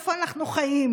איפה אנחנו חיים?